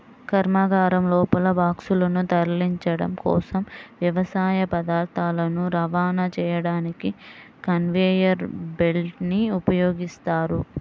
కర్మాగారం లోపల బాక్సులను తరలించడం కోసం, వ్యవసాయ పదార్థాలను రవాణా చేయడానికి కన్వేయర్ బెల్ట్ ని ఉపయోగిస్తారు